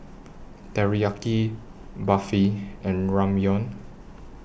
Teriyaki Barfi and Ramyeon